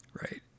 right